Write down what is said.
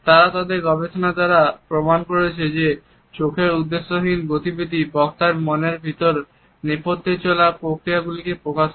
তারা তাদের গবেষণার দ্বারা প্রমাণ করেছে যে চোখের উদ্দেশ্যহীন গতিবিধি বক্তার মনের ভেতর নেপথ্যে চলা প্রক্রিয়াগুলিকে প্রকাশ করে